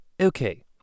Okay